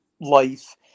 life